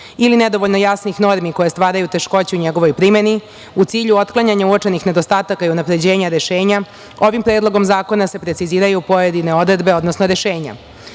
ili nedovoljno jasnih normi koje stvaraju teškoće u njegovoj primeni u cilju otklanjanja uočenih nedostataka i unapređenja rešenja, ovim Predlogom zakona se preciziraju pojedine odredbe odnosno rešenja.S